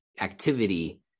activity